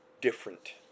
different